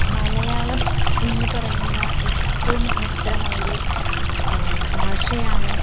മലയാളം എന്ന് പറയുന്നത് ഏറ്റവും മഹത്തരമായൊരു ഭാഷയാണ്